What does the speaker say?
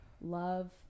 Love